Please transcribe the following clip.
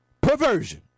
perversion